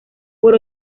por